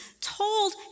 told